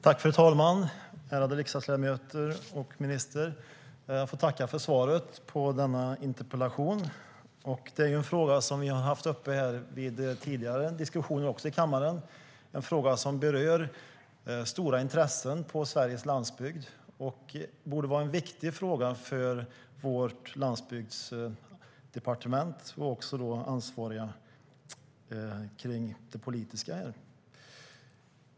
Fru talman, ärade riksdagsledamöter och ministern! Jag får tacka för svaret på denna interpellation. Vargpolitiken har vi diskuterat tidigare i kammaren. Det är en fråga som berör stora intressen på Sveriges landsbygd, och det borde vara en viktig fråga för vårt landsbygdsdepartement och för ansvariga politiker.